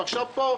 ועכשיו פה,